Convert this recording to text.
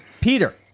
Peter